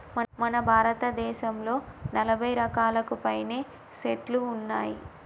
మన భారతదేసంలో నలభై రకాలకు పైనే సెట్లు ఉన్నాయి